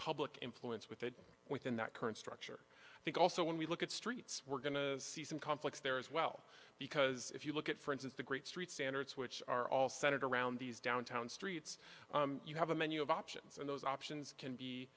public influence with it within that current structure i think also when we look at streets we're going to see some conflicts there as well because if you look at for instance the great street standards which are all senator around these downtown streets you have a menu of options and those options can be